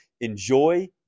Enjoy